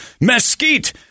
mesquite